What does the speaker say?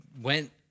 went